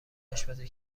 آشپزی